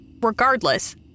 regardless